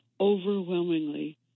overwhelmingly